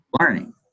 learning